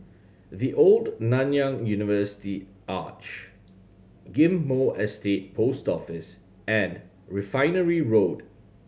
The Old Nanyang University Arch Ghim Moh Estate Post Office and Refinery Road